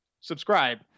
subscribe